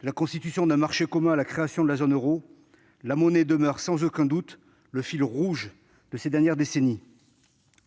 De la constitution d'un marché commun à la création de la zone euro, la monnaie demeure sans aucun doute le fil rouge de ces dernières décennies.